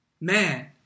man